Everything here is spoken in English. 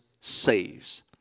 saves